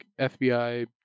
FBI